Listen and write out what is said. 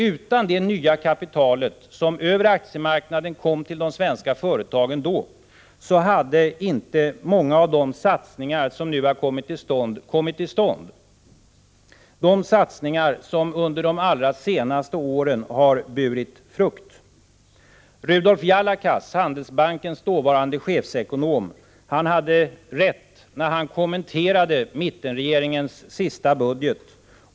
Utan det nya kapital som över aktiemarknaden kom till de svenska företagen hade inte många av satsningarna kommit till stånd, satsningar som under de allra senaste åren har burit frukt. Rudolf Jalakas, Handelsbankens dåvarande chefekonom, hade rätt när han kommenterade mittenregeringens sista budget.